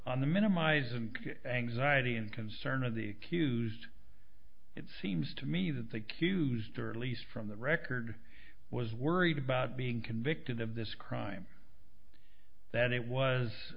on the minimize and anxiety and concern of the accused it seems to me that the cues there at least from the record was worried about being convicted of this crime that it was